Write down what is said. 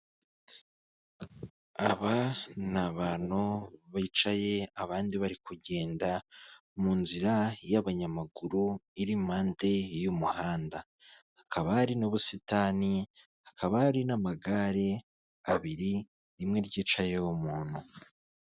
Aba ni abantu bicaye abandi bari kugenda mu nzira y'abanyamaguru iri mu mpande y'umuhanda, hakaba hari n'ubusitani, hakaba hari n'amagare abiri rimwe ryicayeho umuntu.